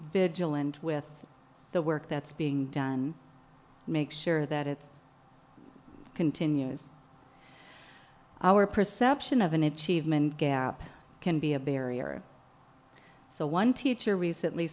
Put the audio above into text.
vigilant with the work that's being done and make sure that it's continues our perception of an achievement gap can be a barrier so one teacher recently